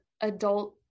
adult